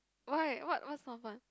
why what's not fun